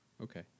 Okay